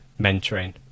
mentoring